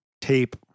tape